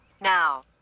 now